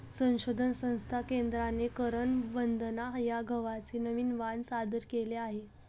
संशोधन संस्था केंद्राने करण वंदना या गव्हाचे नवीन वाण सादर केले आहे